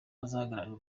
azahagararira